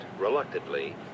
reluctantly